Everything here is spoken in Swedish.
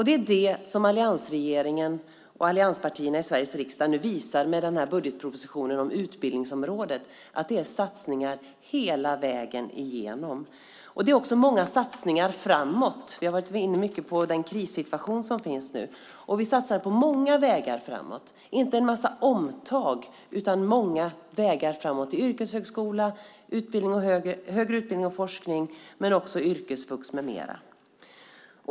Det är det som alliansregeringen och allianspartierna i Sveriges riksdag nu visar med den här budgetpropositionen på utbildningsområdet, att det är satsningar hela vägen igenom. Det är också många satsningar framåt. Vi har varit inne mycket på den krissituation som nu råder. Vi satsar på många vägar framåt - inte en massa omtag - på yrkeshögskola, högre utbildning och forskning, yrkesvux med mera.